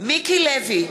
מיקי לוי,